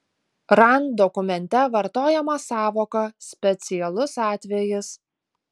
rand dokumente vartojama sąvoka specialus atvejis